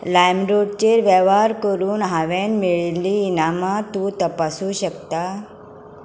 लायम रोडाचेर वेव्हार करून हांवेंन मेळयल्लीं इनामां तूं तपासूंक शकता